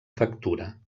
factura